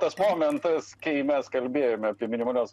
tas momentas kai mes kalbėjome apie minimalios